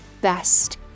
best